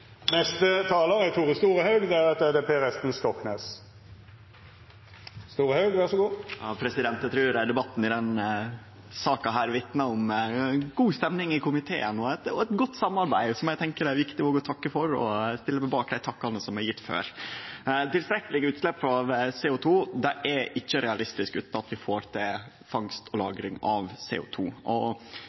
neste årene, og de aktørene som skal drive fram dette, står ikke og roper om at dette skal gå raskere akkurat nå. Vi har det året vi har på forprosjekt. Eg trur debatten i denne saka vitnar om god stemning i komiteen og eit godt samarbeid, som eg tenkjer det òg er viktig å takke for, og eg stiller meg bak dei takkane som er gjevne før. Tilstrekkeleg utslepp av CO 2 er ikkje realistisk utan at vi får til fangst og lagring av